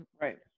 right